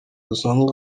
rusanzwe